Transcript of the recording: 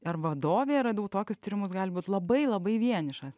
ar vadovė radau tokius tyrimus gali būt labai labai vienišas